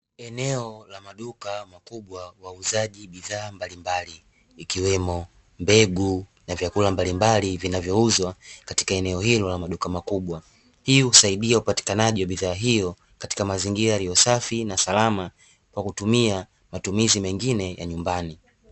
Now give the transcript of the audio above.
Eneo la maduka makubwa wauzaji bidhaa mbalimbali ikiwemo mbegu na vyakula mbalimbali, vinavyouzwa katika eneo hilo la maduka makubwa. Hii husaidia upatikanaji wa bidhaa hiyo katika mazingira yaliyo safi na salama, kwa kutumia matumizi mengine ya nyumbani.